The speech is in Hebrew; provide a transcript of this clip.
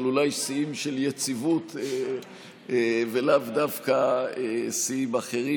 אבל אולי שיאים של יציבות ולאו דווקא שיאים אחרים.